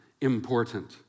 important